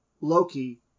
loki